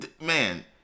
man